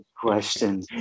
Question